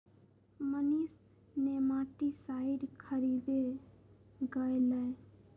Manish nematicide खरीदे गय लय